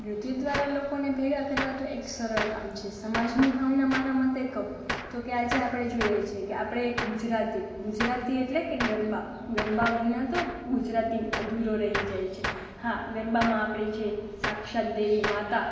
નૃત્ય દ્વારા લોકોને ભેગાં કરવા તો એક સરળ કામ છે સમાજની ભાવના મારા મતે કહું તો કહે આજે આપણે જોઈએ છીએ કે આપણે એક ગુજરાતી ગુજરાતી એટલે કે ગરબા ગરબા વિના તો ગુજરાતી અધૂરો રહી જાય છે હા ગરબામાં આપણે જે સાક્ષાત દેવી માતા